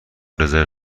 رزرو